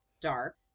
dark